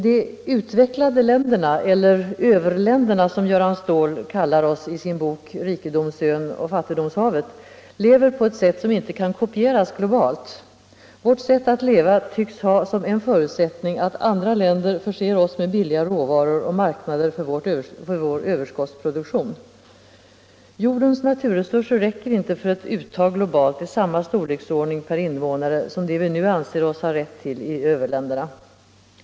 De utvecklade länderna, eller överländerna som Göran Ståhl kallar oss i sin bok Rikedomsön och fattigdomshavet, lever på ett sätt som inte kan kopieras globalt. Vårt sätt att leva tycks ha som en förutsättning att andra länder förser oss med billiga råvaror och marknader för vår överskottsproduktion. Jordens naturresurser räcker inte för ett uttag globalt i samma storleksordning per invånare som det vi nu anser oss ha rätt till i överländerna.